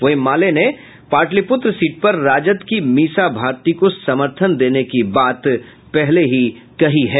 वहीं माले ने भी पाटलिपुत्र सीट पर राजद की मीसा भारती को समर्थन देने की बात कही है